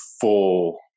full